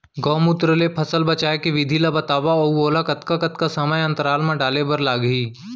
गौमूत्र ले फसल बचाए के विधि ला बतावव अऊ ओला कतका कतका समय अंतराल मा डाले बर लागही?